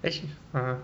actua~ (uh huh)